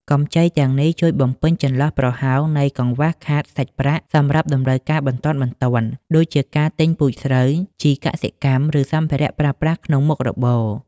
កម្ចីទាំងនេះជួយបំពេញចន្លោះប្រហោងនៃកង្វះខាតសាច់ប្រាក់សម្រាប់តម្រូវការបន្ទាន់ៗ ដូចជាការទិញពូជស្រូវ ជីកសិកម្ម ឬសម្ភារៈប្រើប្រាស់ក្នុងមុខរបរ។